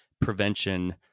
prevention